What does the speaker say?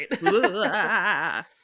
right